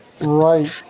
Right